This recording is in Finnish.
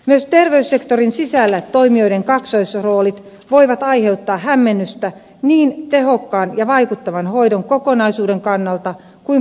myös terveyssektorin sisällä toimijoiden kaksoisroolit voivat aiheuttaa hämmennystä niin tehokkaan ja vaikuttavan hoidon kokonaisuuden kannalta kuin potilaankin näkökulmasta